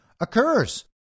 occurs